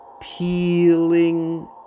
peeling